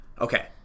Okay